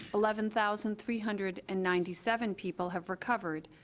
eleven thousand three hundred and ninety seven people have recovered,